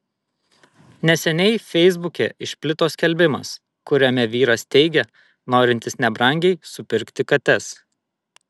neseniai feisbuke išplito skelbimas kuriame vyras teigia norintis nebrangiai supirkti kates